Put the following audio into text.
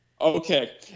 Okay